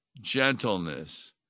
gentleness